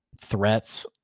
threats